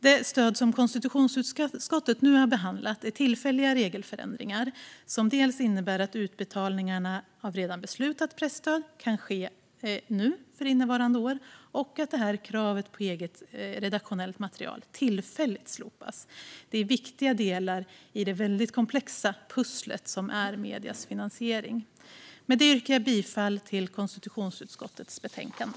Det stöd som konstitutionsutskottet nu har behandlat är tillfälliga regelförändringar som innebär dels att utbetalningarna av redan beslutat presstöd för innevarande år kan ske nu, dels att kravet på eget redaktionellt material tillfälligt slopas. Detta är viktiga delar i det väldigt komplexa pussel som är mediers finansiering. Godkännande av tillfälliga ändringar i presstödet Med detta yrkar jag bifall till förslaget i konstitutionsutskottets betänkande.